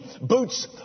boots